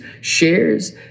shares